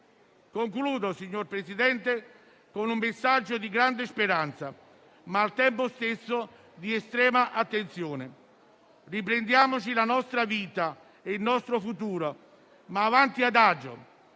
Concludo, signor Presidente, con un messaggio di grande speranza, ma, al tempo stesso, di estrema attenzione: riprendiamoci la nostra vita e il nostro futuro, ma avanti adagio.